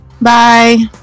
Bye